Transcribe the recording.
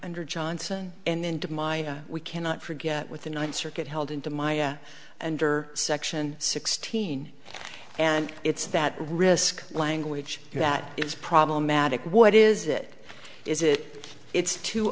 under johnson and then to my we cannot forget with the ninth circuit held into my andor section sixteen and it's that risk language that is problematic what is it is it it's too